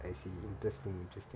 I see interesting interesting